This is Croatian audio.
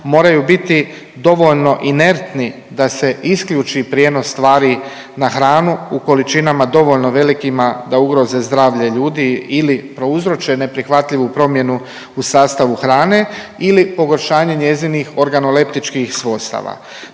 moraju biti dovoljno inertni da se isključi prijenos stvari na hranu u količinama dovoljno velikima da ugroze zdravlje ljudi ili prouzroče neprihvatljivu promjenu u sastavu hrane ili pogoršanje njezinih organoleptičkih svojstava.